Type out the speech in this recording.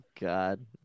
god